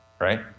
right